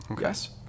Yes